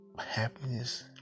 Happiness